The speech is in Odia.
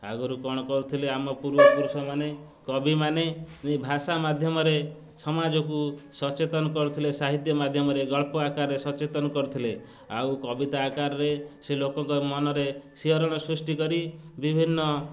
ଆଗରୁ କ'ଣ କରୁଥିଲେ ଆମ ପୂର୍ବପୁରୁଷମାନେ କବିମାନେ ଭାଷା ମାଧ୍ୟମରେ ସମାଜକୁ ସଚେତନ କରୁଥିଲେ ସାହିତ୍ୟ ମାଧ୍ୟମରେ ଗଳ୍ପ ଆକାରରେ ସଚେତନ କରୁଥିଲେ ଆଉ କବିତା ଆକାରରେ ସେ ଲୋକଙ୍କ ମନରେ ଶିହରଣ ସୃଷ୍ଟି କରି ବିଭିନ୍ନ